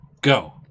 go